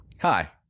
Hi